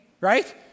Right